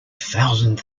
thousand